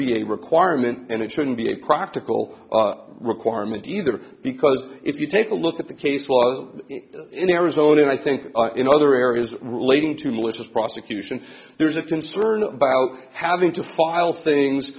be a requirement and it shouldn't be a practical requirement either because if you take a look at the case was in arizona and i think in other areas relating to malicious prosecution there's a concern about having to file things